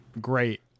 Great